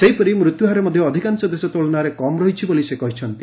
ସେହିପରି ମୃତ୍ୟୁହାର ମଧ୍ୟ ଅଧିକାଂଶ ଦେଶ ତୁଳନାରେ କମ୍ ରହିଛି ବୋଲି ସେ କହିଛନ୍ତି